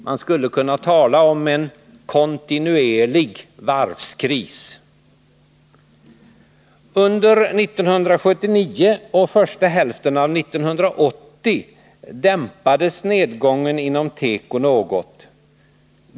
Man skulle kunna tala om en kontinuerlig ”varvskris”. Under 1979 och första hälften av 1980 dämpades nedgången inom teko något.